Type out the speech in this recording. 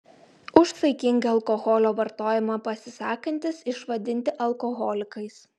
už saikingą alkoholio vartojimą pasisakantys išvadinti alkoholikais